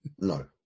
No